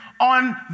on